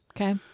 Okay